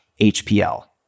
HPL